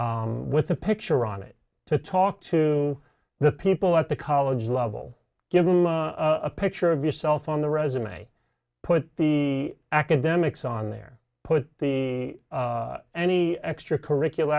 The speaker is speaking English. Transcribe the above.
with a picture on it to talk to the people at the college level give them a picture of yourself on the resume put the academics on there put the any extra curricular